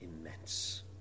immense